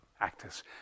actors